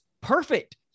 perfect